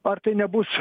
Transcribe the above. ar tai nebus